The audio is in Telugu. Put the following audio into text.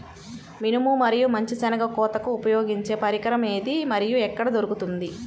మినుము మరియు మంచి శెనగ కోతకు ఉపయోగించే పరికరం ఏది మరియు ఎక్కడ దొరుకుతుంది?